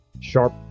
sharp